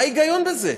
מה ההיגיון בזה?